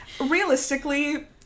Realistically